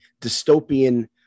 dystopian